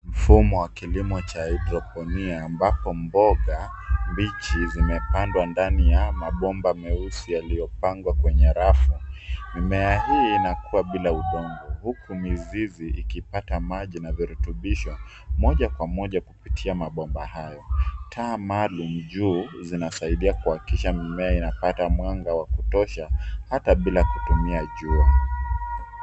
Mfumo wa kilimo cha haidroponia ambapo mboga mbichi zimepandwa ndani ya mabomba meusi yaliyopangwa kwenye rafu. Mimea hii inakua bila udongo huku mizizi ikipata maji na virutubisho moja kwa moja kupitia mabomba hayo. Taa maalum juu zinasaidia kuhakikisha mimea inapata mwanga wa kutosha hata bila kutumia jua.